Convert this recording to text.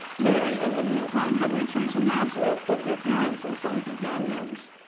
mary in the meantime had returned to nazareth with her parents and some companions.